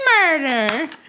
Murder